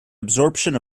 absorption